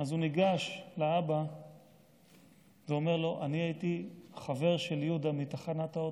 הוא ניגש לאבא ואומר לו: אני הייתי חבר של יהודה מתחנת האוטובוס.